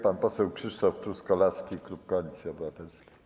Pan poseł Krzysztof Truskolaski, klub Koalicji Obywatelskiej.